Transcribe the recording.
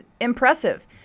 impressive